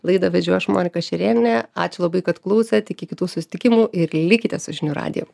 laidą vedžiau aš monika šerienė ačiū labai kad klausėt iki kitų susitikimų ir likite su žinių radiju